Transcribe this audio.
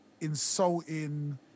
insulting